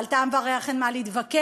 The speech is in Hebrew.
ועל טעם וריח אין מה להתווכח,